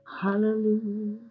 Hallelujah